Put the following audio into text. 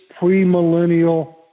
premillennial